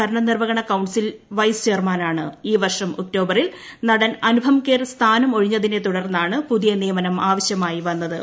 ഭരണ നിർവ്വഹണ council vice ചെയർമാനാണ് ഈ വർഷം ഒക്ടോബറിൽ നടൻ അനുപം ഖേർ സ്ഥാനം ഒഴിഞ്ഞതിനെ തുടർന്നാണ് പുതിയ നിയമനം ആവശ്യമായി വന്നത്